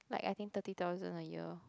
like I think thirty thousand a year